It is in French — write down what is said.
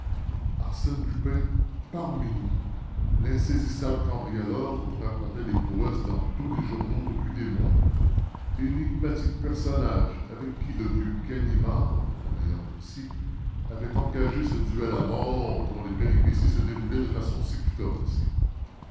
arsène lupin parmi nous l'insaisissable cambrioleur dont on racontait les prouesses dans tous les journaux depuis des mois l'énigmatique personnage avec qui le vieux ganimard notre meilleur policier avait engagé ce duel à mort dont les péripéties se déroulaient de façon si pittoresque